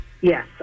Yes